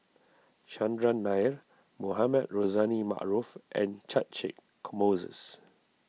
Chandran Nair Mohamed Rozani Maarof and Catchick Moses